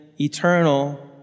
eternal